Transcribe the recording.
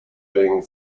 being